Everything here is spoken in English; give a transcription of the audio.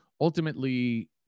Ultimately